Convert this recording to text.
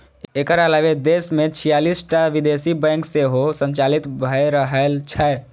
एकर अलावे देश मे छियालिस टा विदेशी बैंक सेहो संचालित भए रहल छै